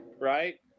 right